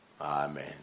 Amen